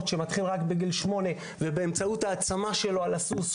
שמתחילות בגיל שמונה ובאמצעות ההעצמה שלו על הסוס,